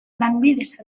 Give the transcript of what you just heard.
lanbidez